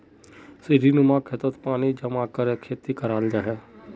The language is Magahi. सीढ़ीनुमा खेतोत पानी जमा करे खेती कराल जाहा